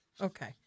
Okay